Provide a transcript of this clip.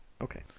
Okay